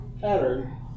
pattern